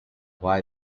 why